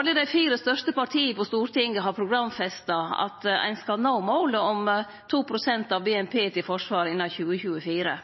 Alle dei fire største partia på Stortinget har programfesta at ein skal nå målet om 2 pst. av BNP til forsvar innan 2024.